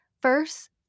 First